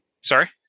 Sorry